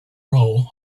roll